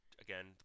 Again